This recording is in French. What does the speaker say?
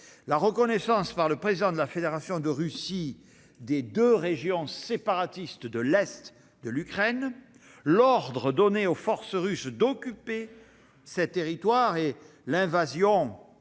La reconnaissance par le président de la Fédération de Russie des deux régions séparatistes de l'est de l'Ukraine, l'ordre donné aux forces russes d'occuper ces territoires et l'invasion